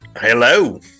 Hello